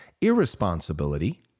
Irresponsibility